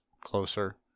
closer